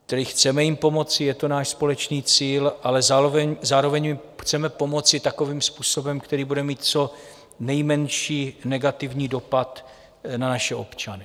Tedy jim chceme pomoci, je to náš společný cíl, ale zároveň jim chceme pomoci takovým způsobem, který bude mít co nejmenší negativní dopad na naše občany.